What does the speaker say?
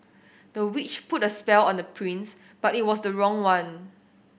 the witch put a spell on the prince but it was the wrong one